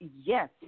yes